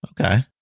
Okay